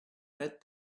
met